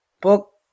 book